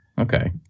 okay